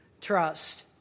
trust